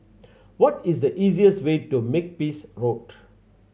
what is the easiest way to Makepeace Road